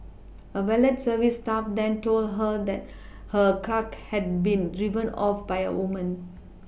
a valet service staff then told her that her car had been driven off by a woman